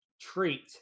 treat